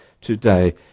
today